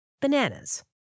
bananas